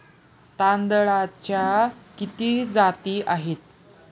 तांदळाच्या किती जाती आहेत?